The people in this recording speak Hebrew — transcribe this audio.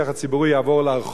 זה יכול להיות נחמד,